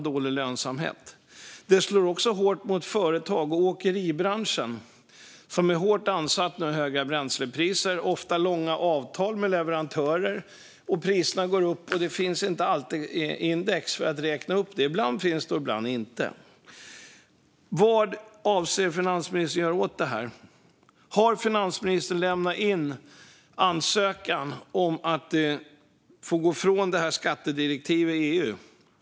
Det slår också hårt mot företag i till exempel åkeribranschen, som är hårt ansatt av de höga bränslepriserna. Man har ofta långa avtal med leverantörer. Priserna går upp, och det finns inte alltid index för att räkna upp det - ibland finns det och ibland inte. Vad avser finansministern att göra åt det här? Har finansministern lämnat in en ansökan om att få gå ifrån skattedirektivet i EU?